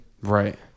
Right